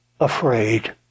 Afraid